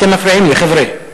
אתם מפריעים לי, חבר'ה.